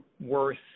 worth